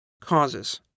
Causes